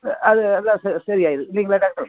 அது அதுதான் சரி சரியாயிடும் இல்லைங்களா டாக்டர்